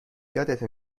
یادته